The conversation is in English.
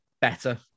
better